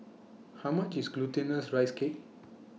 How much IS Glutinous Rice Cake